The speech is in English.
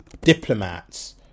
Diplomats